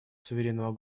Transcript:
суверенного